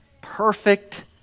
perfect